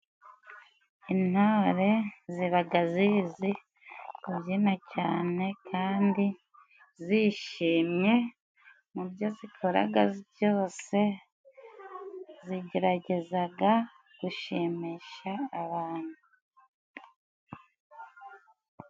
Intore zibaga zizi kubyina cane kandi zishimye. Mu byo zikoraga byose, zigeragezaga gushimisha abantu.